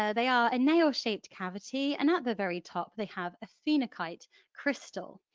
ah they are a nail-shaped cavity and at the very top they have a phenakite crystal.